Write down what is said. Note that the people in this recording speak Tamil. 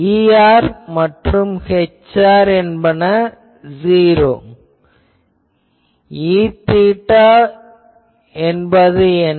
Er மற்றும் Hr என்பன '0' Eθ என்பது என்ன